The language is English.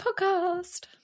Podcast